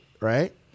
right